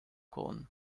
corn